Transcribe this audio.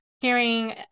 hearing